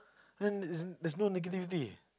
then isin't there's no negativity